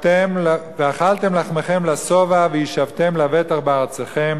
ואכלתם לחמכם לשבע, וישבתם לבטח בארצכם,